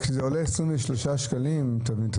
כשזה עולה 23 שקלים תבנית,